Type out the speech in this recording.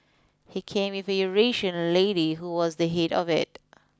he came with a Eurasian lady who was the head of it